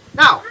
now